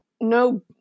no